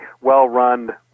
well-run